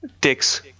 Dicks